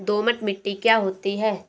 दोमट मिट्टी क्या होती हैं?